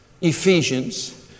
Ephesians